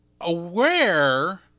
aware